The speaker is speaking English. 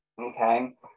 Okay